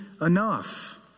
enough